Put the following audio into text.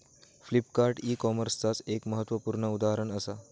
Flipkart e कॉमर्सचाच एक महत्वपूर्ण उदाहरण असा